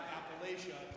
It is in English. Appalachia